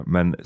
Men